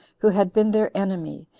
who had been their enemy,